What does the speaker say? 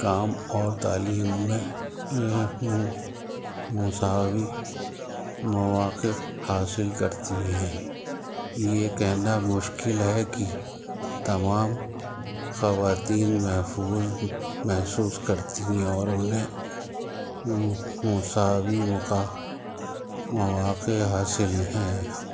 کام اور تعلیم میں مساوی مواقع حاصل کرتی ہیں یہ کہنا مشکل ہے کہ تمام خواتین محفوظ محسوس کرتی ہیں اور انہیں مساوی مقا مواقع حاصل ہیں